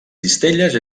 cistelles